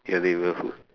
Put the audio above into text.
your neighbourhood